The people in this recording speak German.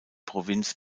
provinz